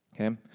okay